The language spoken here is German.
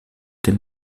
den